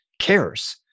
cares